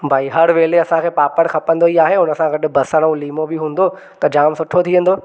भाई हर वेले असांखे पापड़ खपंदो ई आहे हुन सां गॾु बसर ऐं लिमो बि हूंदो त जाम सुठो थी वेंदो